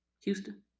houston